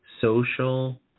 social